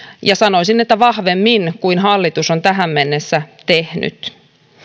ja sanoisin että vahvemmin kuin hallitus on tähän mennessä tehnyt